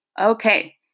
Okay